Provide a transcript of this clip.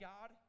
God